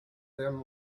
them